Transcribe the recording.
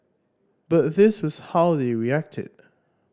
but this was how they reacted